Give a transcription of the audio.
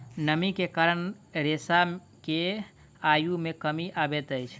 नमी के कारण रेशा के आयु मे कमी अबैत अछि